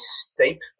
steep